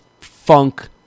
funk